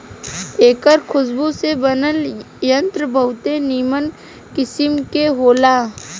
एकर खुशबू से बनल इत्र बहुते निमन किस्म के होला